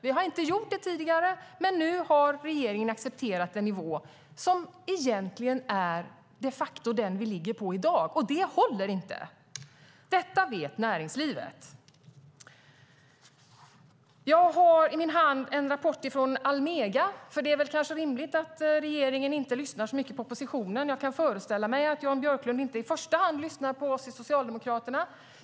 Vi har inte gjort det tidigare, men nu har regeringen accepterat en nivå som egentligen de facto är den vi ligger på i dag. Detta håller inte, och det vet näringslivet. Jag har i min hand en rapport från Almega. Det är väl rimligt att regeringen inte lyssnar så mycket på oppositionen. Jag kan föreställa mig att Jan Björklund inte i första hand lyssnar på oss i Socialdemokraterna.